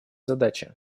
задачи